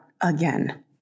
again